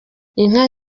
inka